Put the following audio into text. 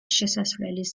შესასვლელის